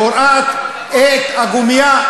קורעת את הגומייה,